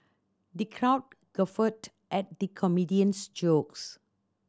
the crowd guffawed at the comedian's jokes